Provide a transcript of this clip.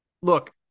Look